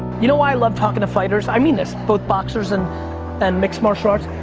you know why i love talking to fighters? i mean this, both boxers and and mixed martial arts?